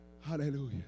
Hallelujah